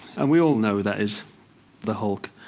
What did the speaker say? and we all know that is the hulk.